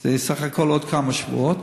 זה בסך הכול עוד כמה שבועות,